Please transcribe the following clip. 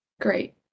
Great